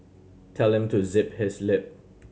tell him to zip his lip